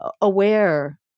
aware